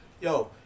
Yo